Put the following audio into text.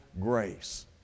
grace